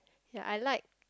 ya I like